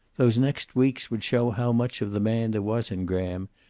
those next weeks would show how much of the man there was in graham,